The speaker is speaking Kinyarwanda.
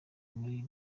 muri